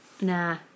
Nah